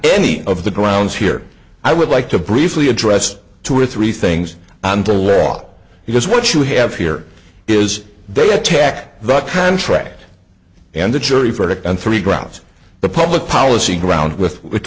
any of the grounds here i would like to briefly address two or three things until well because what you have here is they attack the contract and the jury verdict on three grounds the public policy ground with with